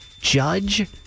Judge